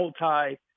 multi